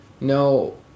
No